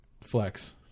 Flex